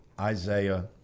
Isaiah